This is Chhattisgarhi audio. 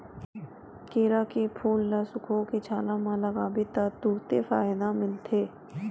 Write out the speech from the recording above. केरा के फूल ल सुखोके छाला म लगाबे त तुरते फायदा मिलथे